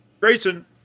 Grayson